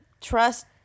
trust